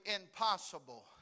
impossible